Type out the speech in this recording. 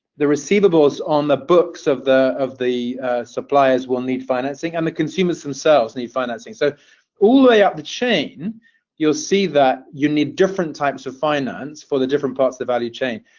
the receivables on the books of the of the suppliers will need financing, and the consumers themselves need financing. so all the way up the chain you'll see that you need different types of finance for the different parts of the value chain.